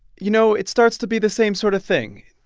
you know, it starts to be the same sort of thing.